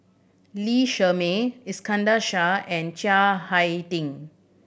Lee Shermay Iskandar Shah and Chiang Hai Ding